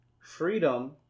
freedom